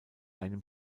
einem